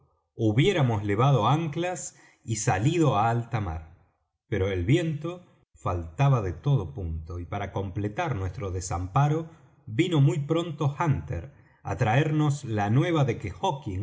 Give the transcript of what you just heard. hubiéramos levado anclas y salido á alta mar pero el viento faltaba de todo punto y para completar nuestro desamparo vino muy pronto hunter á traernos la nueva de que